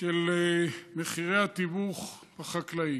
של מחירי התיווך החקלאי.